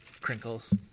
Crinkles